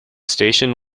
station